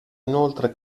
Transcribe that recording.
inoltre